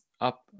up